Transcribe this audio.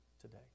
today